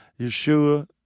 Yeshua